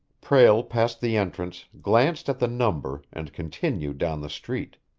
prale passed the entrance, glanced at the number, and continued down the street.